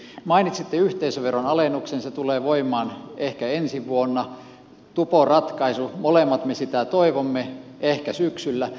mainitsitte yhteisöveron alennuksen se tulee voimaan ehkä ensi vuonna tupo ratkaisu molemmat me sitä toivomme ehkä syksyllä